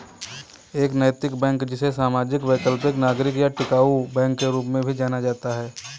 एक नैतिक बैंक जिसे सामाजिक वैकल्पिक नागरिक या टिकाऊ बैंक के रूप में भी जाना जाता है